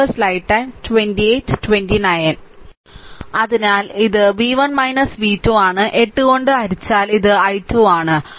അതിനാൽ ഇത് v 1 v 2 ആണ് 8 കൊണ്ട് ഹരിച്ചാൽ ഇത് i 2 ആണ് ശരി